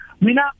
Mina